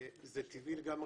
זה טבעי לגמרי,